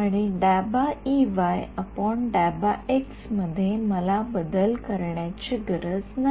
आणि मध्ये मला बदल करण्याची गरज नाही